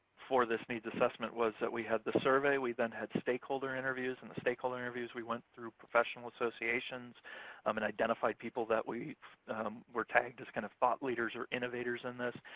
for this needs assessment was that we had the survey. we then had stakeholder interviews. in the stakeholder interviews, we went through professional associations um and identified people that we were tagged as kind of thought leaders or innovators in this.